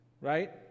Right